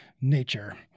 nature